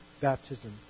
baptism